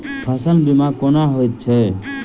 फसल बीमा कोना होइत छै?